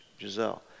Giselle